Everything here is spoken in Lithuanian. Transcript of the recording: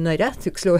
nare tiksliau